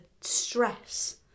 stress